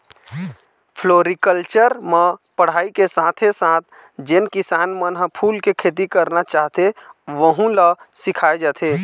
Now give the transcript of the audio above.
floriculture म पढ़ाई के साथे साथ जेन किसान मन ह फूल के खेती करना चाहथे वहूँ ल सिखाए जाथे